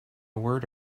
word